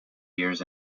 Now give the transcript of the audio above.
years